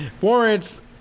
warrants